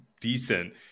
decent